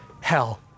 hell